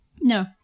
No